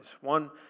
One